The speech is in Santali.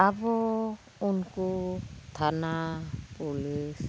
ᱟᱵᱚ ᱩᱱᱠᱩ ᱛᱷᱟᱱᱟ ᱯᱩᱞᱤᱥ